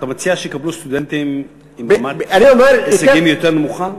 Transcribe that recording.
אתה מציע שיקבלו סטודנטים עם רמת הישגים יותר נמוכה?